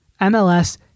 MLS